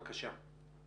בבקשה.